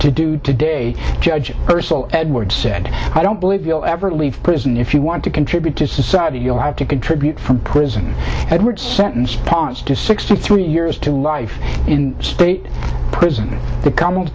to do today judge ursule edwards said i don't believe you'll ever leave prison if you want to contribute to society you'll have to contribute from prison edward sentence points to sixty three years to life in spate prison the comm